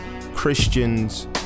Christians